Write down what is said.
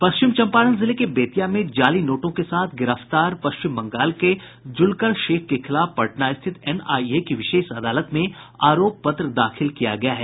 पश्चिम चंपारण जिले के बेतिया में जाली नोटों के साथ गिरफ्तार पश्चिम बंगाल के जुल्कर शेख के खिलाफ पटना स्थित एनआईए की विशेष अदालत में आरोप पत्र दाखिल किया गया है